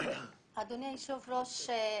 אדוני היושב-ראש,